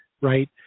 Right